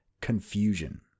Confusion